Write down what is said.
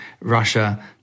Russia